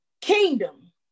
Kingdom